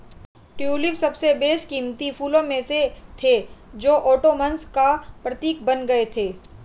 tulip सबसे बेशकीमती फूलों में से थे जो ओटोमन्स का प्रतीक बन गए थे